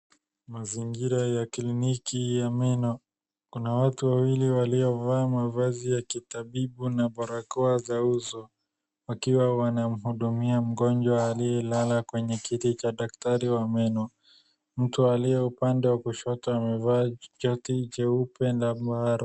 Mazingira ya kliniki ya meno, kuna watu wawili waliovaa mavazi ya kitabibu na barakoa za uso, wakiwa wanamhudumia mgonjwa aliyelala kwenye kiti cha daktari wa meno. Mtu aliye upande wa kushoto amevaa shati jeupe la mara..